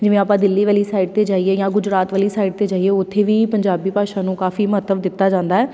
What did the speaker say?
ਜਿਵੇਂ ਆਪਾਂ ਦਿੱਲੀ ਵਾਲੀ ਸਾਈਡ 'ਤੇ ਜਾਈਏ ਜਾਂ ਗੁਜਰਾਤ ਵਾਲੀ ਸਾਈਡ 'ਤੇ ਜਾਈਏ ਉੱਥੇ ਵੀ ਪੰਜਾਬੀ ਭਾਸ਼ਾ ਨੂੰ ਕਾਫ਼ੀ ਮਹੱਤਵ ਦਿੱਤਾ ਜਾਂਦਾ ਹੈ